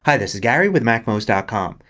hi this is gary with macmost ah com.